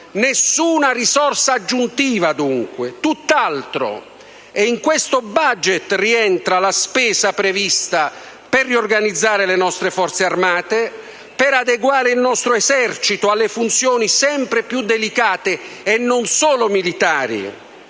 Nessuna risorsa aggiuntiva dunque, tutt'altro. In questo *budget* rientra la spesa prevista per riorganizzare le nostre Forze armate, per adeguare il nostro Esercito alle funzioni sempre più delicate, e non solo militari,